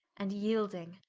and yeelding.